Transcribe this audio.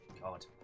God